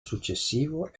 successivo